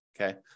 Okay